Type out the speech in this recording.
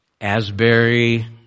Asbury